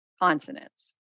consonants